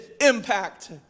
impact